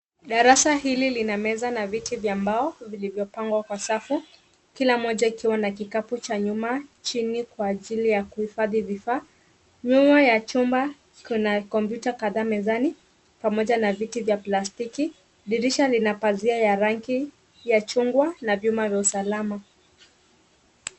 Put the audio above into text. Darasa hili lina meza na viti vya mbao vilivyopangwa kwa safu kila moja ikiwa na kikapu cha nyuma chini kwa ajili ya kuhifadhi vifaa. Nyuma ya chumba kuna kompyuta kadhaa mezani pamoja na viti vya plastiki. Dirisha lina pazia ya rangi ya chungwa na vyuma vya usalama.